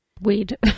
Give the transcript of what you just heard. weed